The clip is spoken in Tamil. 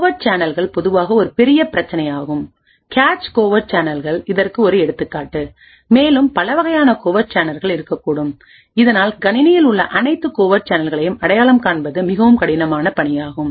கோவர்ட் சேனல்கள் பொதுவாக ஒரு பெரிய பிரச்சினையாகும் கேச் கோவர்ட் சேனல்கள் இதற்கு ஒரு எடுத்துக்காட்டு மேலும் பல வகையான கோவர்ட் சேனல்கள் இருக்கக்கூடும் இதனால் கணினியில் உள்ள அனைத்து கோவர்ட் சேனல்களையும் அடையாளம் காண்பது மிகவும் கடினமான பணியாகும்